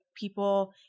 people